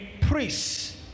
priests